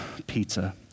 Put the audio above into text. pizza